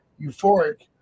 euphoric